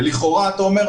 ולכאורה אתה אומר,